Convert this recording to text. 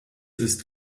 ist